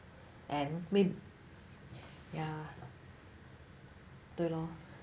and may ya 对 lor